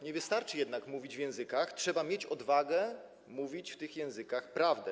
Nie wystarczy jednak mówić w językach, trzeba mieć odwagę mówić w tych językach prawdę.